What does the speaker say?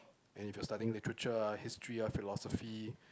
and if you're studying literature ah history ah philosophy